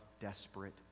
desperate